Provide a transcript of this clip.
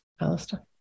Alistair